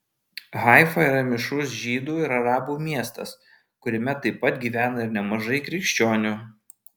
haifa yra mišrus žydų ir arabų miestas kuriame taip pat gyvena ir nemažai krikščionių